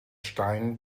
stein